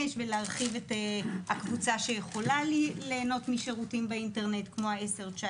ולהרחיב את הקבוצה שיכולה ליהנות משירותים באינטרנט כמו ה-10%-19%,